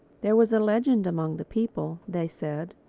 there was a legend among the people, they said,